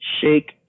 Shake